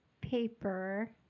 paper